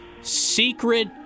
Secret